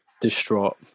distraught